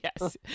yes